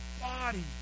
body